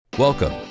Welcome